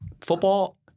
Football